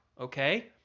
okay